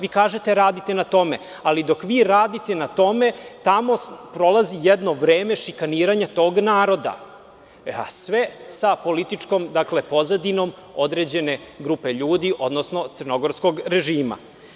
Vi kažete da radite na tome, ali dok vi radite na tome, tamo prolazi jedno vreme šikaniranja tog naroda, a sve sa političkom pozadinom određene grupe ljudi, odnosno crnogorskog režima.